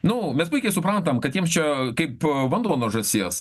nu mes puikiai supratom kad jiem čia kaip vanduo nuo žąsies